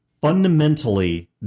fundamentally